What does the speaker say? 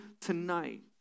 tonight